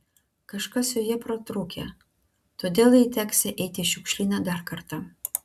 kažkas joje pratrūkę todėl jai teksią eiti į šiukšlyną dar kartą